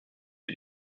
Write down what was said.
het